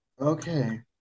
Okay